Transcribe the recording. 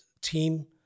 team